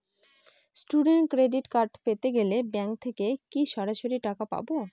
Student credit card পেতে গেলে bank থেকে কি সরাসরি টাকা পাবো?